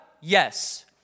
Yes